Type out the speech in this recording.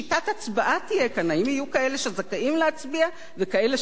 האם יהיו כאלה שזכאים להצביע וכאלה שלא זכאים להצביע?